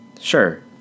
sure